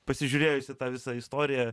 pasižiūrėjus į tą visą istoriją